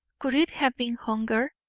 could it have been hunger?